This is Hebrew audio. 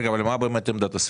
רגע, אבל מה באמת עמדת השר?